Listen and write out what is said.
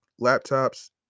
laptops